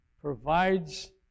provides